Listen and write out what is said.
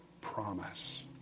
promise